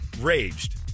raged